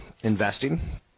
investing